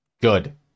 Good